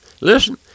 listen